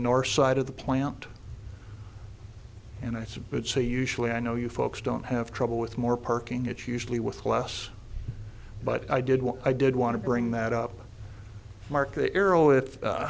north side of the plant and i said would say usually i know you folks don't have trouble with more parking it's usually with less but i did what i did want to bring that up marke